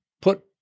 put